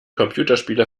computerspiele